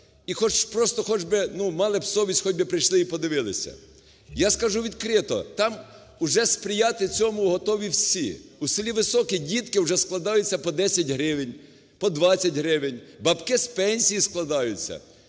хоч би мали б совість, хоть би прийшли і подивилися. Я скажу відкрито, там уже сприяти цьому готові всі. У селі Високе дітки вже складаються по 10 гривень, по 20 гривень, бабки з пенсій складаються.